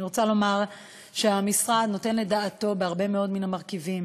אני רוצה לומר שהמשרד נותן את דעתו על הרבה מאוד מן המרכיבים.